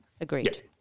agreed